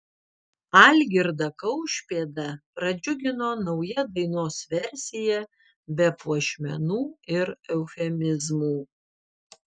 algirdą kaušpėdą pradžiugino nauja dainos versija be puošmenų ir eufemizmų